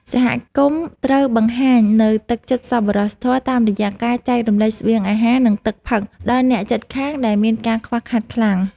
សហគមន៍ត្រូវបង្ហាញនូវទឹកចិត្តសប្បុរសធម៌តាមរយៈការចែករំលែកស្បៀងអាហារ និងទឹកផឹកដល់អ្នកជិតខាងដែលមានការខ្វះខាតខ្លាំង។